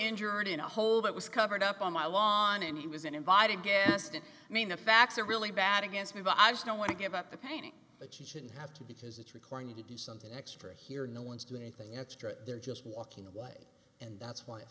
injured in a hole that was covered up on my lawn and he was an invited guest and i mean the facts are really bad against me but i just don't want to give up the painting that you shouldn't have to because it's requiring you to do something extra here no one's doing anything extra they're just walking away and that's when it